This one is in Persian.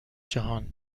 جهان